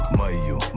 mayo